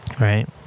right